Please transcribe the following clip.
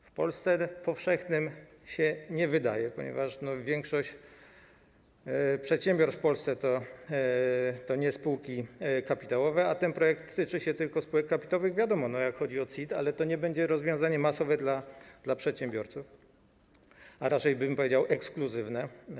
W Polsce powszechnym się nie wydaje, ponieważ większość przedsiębiorstw w Polsce to nie spółki kapitałowe, a ten projekt dotyczy tylko spółek kapitałowych - wiadomo, jak chodzi o CIT, ale to nie będzie rozwiązanie masowe dla przedsiębiorców, a raczej bym powiedział: ekskluzywne.